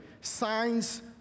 signs